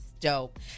dope